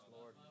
Lord